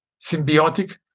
symbiotic